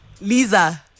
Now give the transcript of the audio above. Lisa